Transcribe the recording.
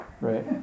Right